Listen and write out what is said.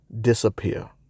disappear